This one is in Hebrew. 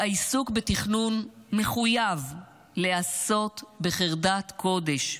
העיסוק בתכנון חייב להיעשות בחרדת קודש,